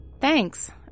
Thanks